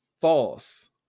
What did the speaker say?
false